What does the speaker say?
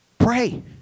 Pray